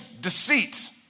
deceit